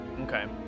Okay